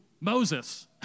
Moses